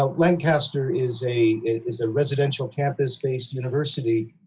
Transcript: ah lancaster is a is a residential campus based university,